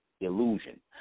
illusion